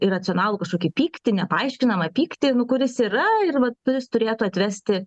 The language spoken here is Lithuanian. iracionalų kažkokį pyktį nepaaiškinamą pyktį kuris yra ir vat turėtų atvesti